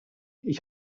ich